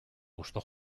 gustó